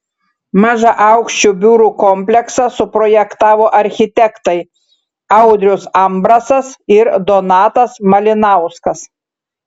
mažaaukščių biurų kompleksą suprojektavo architektai audrius ambrasas ir donatas malinauskas